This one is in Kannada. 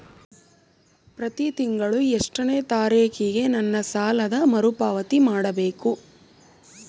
ಪ್ರತಿ ತಿಂಗಳು ಎಷ್ಟನೇ ತಾರೇಕಿಗೆ ನನ್ನ ಸಾಲದ ಮರುಪಾವತಿ ಮಾಡಬೇಕು?